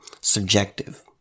subjective